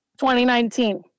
2019